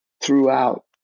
throughout